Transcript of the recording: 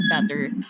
better